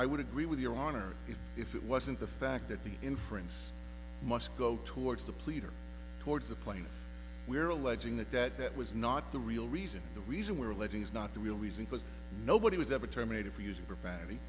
i would agree with your honor if if it wasn't the fact that the inference must go towards the pleader towards the plane we're alleging that that that was not the real reason the reason we're alleging is not the real reason because nobody was ever terminated for using profanity